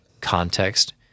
context